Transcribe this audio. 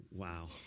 Wow